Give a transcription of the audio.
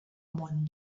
món